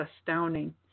astounding